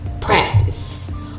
practice